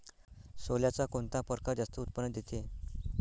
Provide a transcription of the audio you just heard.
सोल्याचा कोनता परकार जास्त उत्पन्न देते?